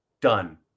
done